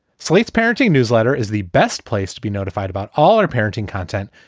slate's parenting newsletter is the best place to be notified about all our parenting content,